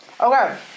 Okay